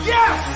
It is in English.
Yes